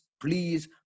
please